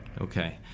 Okay